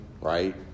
Right